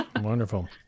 Wonderful